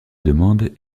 demande